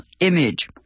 image